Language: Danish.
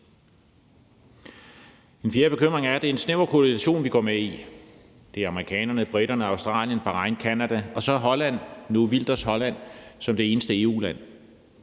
grund og bekymring er, at det er en snæver koalition, vi går med i. Den tæller USA, Storbritannien, Australien, Bahrain, Canada og nu også Wilders' Holland som det eneste EU-land.